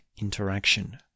interaction